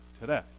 today